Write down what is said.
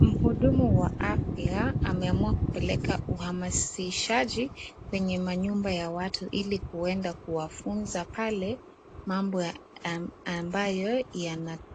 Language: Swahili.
Muhudumu wa afya ameamua kupeleka uhamazishaji kwenye manyumba ya watu ili kuenda kuwafunza pale mambo ambayo